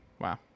Wow